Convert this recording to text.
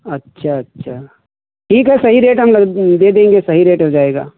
अच्छा अच्छा ठीक है सही रेट में हम दे देंगे सही रेट हो जाएगा